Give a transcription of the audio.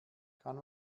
kann